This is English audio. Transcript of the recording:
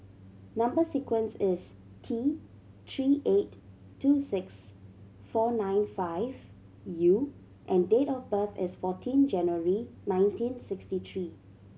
number sequence is T Three eight two six four nine five U and date of birth is fourteen January nineteen sixty three